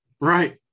Right